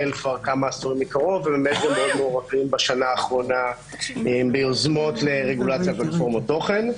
מקרוב והיינו מעורבים בשנה האחרונה ביוזמות לרגולציה בפלטפורמות תוכן.